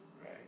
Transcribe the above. right